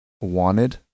wanted